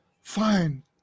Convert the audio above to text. Fine